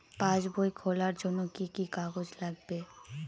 পাসবই খোলার জন্য কি কি কাগজ লাগবে?